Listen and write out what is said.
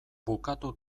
bukatu